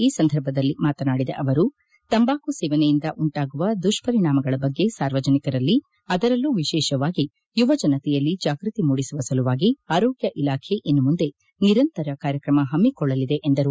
ಈ ಸಂದರ್ಭದಲ್ಲಿ ಮಾತನಾಡಿದ ಅವರು ತಂಬಾಕು ಸೇವನೆಯಿಂದ ಉಂಟಾಗುವ ದುಷ್ಪರಿಣಾಮಗಳ ಬಗ್ಗೆ ಸಾರ್ವಜನಿಕರಲ್ಲಿ ಅದರಲ್ಲೂ ವಿಶೇಷವಾಗಿ ಯುವ ಜನತೆಯಲ್ಲಿ ಜಾಗೃತಿ ಮೂದಿಸುವ ಸಲುವಾಗಿ ಆರೋಗ್ಯ ಇಲಾಖೆ ಇನ್ನು ಮುಂದೆ ನಿರಂತರ ಕಾರ್ಯಕ್ರಮ ಹಮ್ಮಿಕೊಳ್ಳಲಿದೆ ಎಂದರು